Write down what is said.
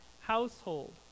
household